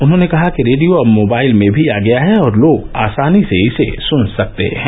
उन्होंने कहा कि रेडियो अब मोबाइल में भी आ गया है और लोग आसानी से इसे सुन सकते हैं